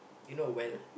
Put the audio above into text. you know well